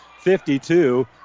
52